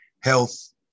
health